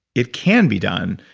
it can be done,